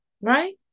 right